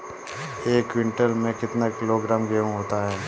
एक क्विंटल में कितना किलोग्राम गेहूँ होता है?